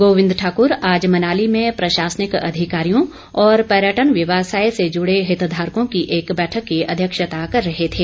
गोविंद ठाकुर आज मनाली में प्रशासनिक अधिकारियों और पर्यटन व्यवसाय से जुड़े हितधारकों की एक बैठक की अध्यक्षता कर रहे थे